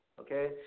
Okay